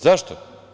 Zašto?